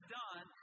done